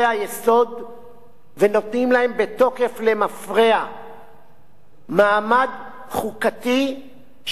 ונותנים להם בתוקף למפרע מעמד חוקתי שלא יהיה אפשר לבטל אותו,